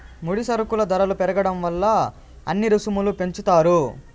ముడి సరుకుల ధరలు పెరగడం వల్ల అన్ని రుసుములు పెంచుతారు